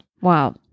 Wow